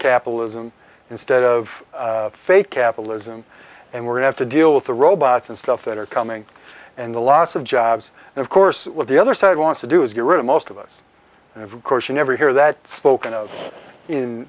capitalism instead of fake capitalism and we have to deal with the robots and stuff that are coming and the loss of jobs and of course the other side wants to do is get rid of most of us and of course you never hear that spoken of in